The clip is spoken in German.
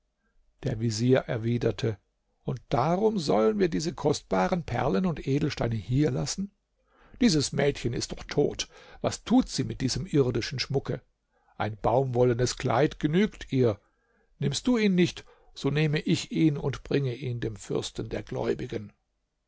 der vezier erwiderte und darum sollen wir diese kostbaren perlen und edelsteine hier lassen dieses mädchen ist doch tot was tut sie mit diesem irdischen schmucke ein baumwollenes kleid genügt ihr nimmst du ihn nicht so nehme ich ihn und bringe ihn dem fürsten der gläubigen